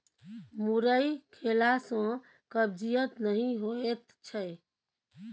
मुरइ खेला सँ कब्जियत नहि होएत छै